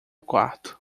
quarto